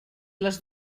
les